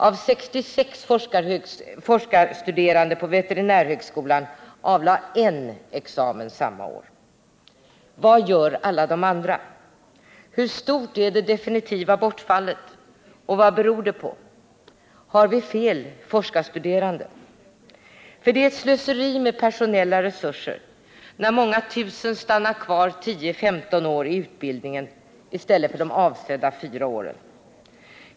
Av 66 forskarstuderande på veterinärhögskolan avlade 1 examen samma år. Vad gör alla de andra? Hur stort är det definitiva bortfallet och vad beror det på? Har vi fel forskarstuderande? Det är ett slöseri med personella resurser när många tusen stannar kvar 10-15 år i utbildningen i stället för de avsedda 4 åren.